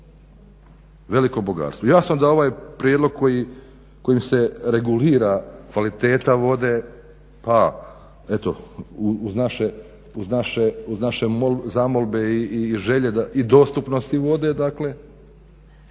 veliko bogatstvo. Jasno da ovaj prijedlog kojim se regulira kvaliteta vode, pa eto uz naše zamolbe i želje, i dostupnosti i vode dakle